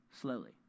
slowly